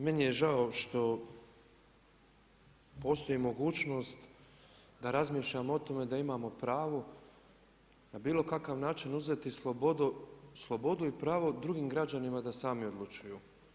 Meni je žao što postoji mogućnost da razmišljamo o tome da imamo pravo na bilo kakav način uzeti slobodu, slobodu i pravo drugim građanima da sami odlučuju.